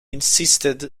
insisted